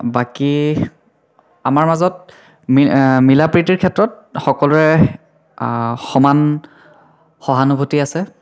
বাকী আমাৰ মাজত মিল মিলাপ্ৰীতিৰ ক্ষেত্ৰত সকলোৰে সমান সহানুভূতি আছে